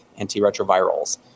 antiretrovirals